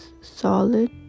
solid